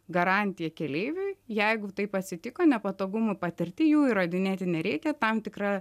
garantija keleiviui jeigu taip atsitiko nepatogumų patirti jų įrodinėti nereikia tam tikra